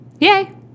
Yay